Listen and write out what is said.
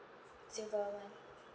silver [one]